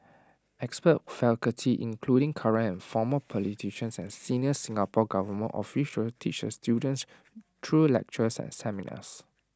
expert faculty including current and former politicians and senior Singapore Government officials teach the students through lectures and seminars